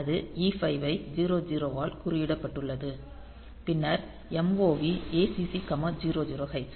அது E5 ஐ 00 ஆல் குறியிடப்பட்டுள்ளது பின்னர் MOV acc 00 h